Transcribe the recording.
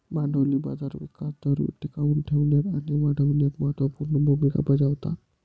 भांडवली बाजार विकास दर टिकवून ठेवण्यात आणि वाढविण्यात महत्त्व पूर्ण भूमिका बजावतात